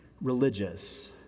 religious